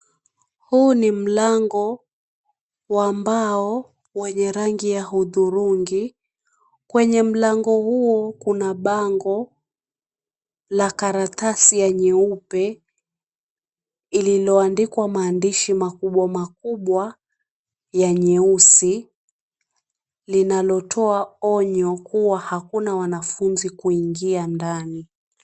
Huu ni mlango wa mbao wenye rangi ya hudhurungi. Kwenye mlango huo kuna bango la karatasi ya nyeupe ililoandikwa maandishi makubwa makubwa ya nyeusi linalotoa onyo kuwa hakuna wanafunzi kuingia ndani